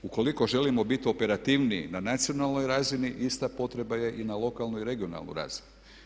Ukoliko želimo biti operativniji na nacionalnoj razini ista potreba je i na loaklnoj i regionalnoj razini.